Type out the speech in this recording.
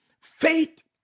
Faith